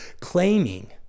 claiming